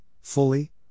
fully